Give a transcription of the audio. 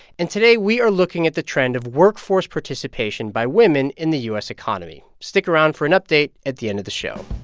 and today, we are looking at the trend of workforce participation by women in the u s. economy. stick around for an update at the end of the show